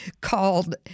called